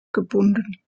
gebunden